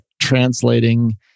translating